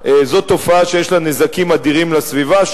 זו תופעה שיש לה נזקים אדירים לסביבה.